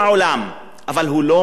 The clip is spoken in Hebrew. אבל הוא לא מאשים את עצמו.